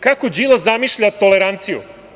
Kako Đilas zamišlja toleranciju?